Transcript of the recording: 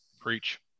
Preach